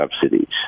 subsidies